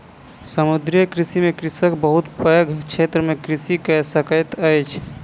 समुद्रीय कृषि में कृषक बहुत पैघ क्षेत्र में कृषि कय सकैत अछि